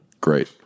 Great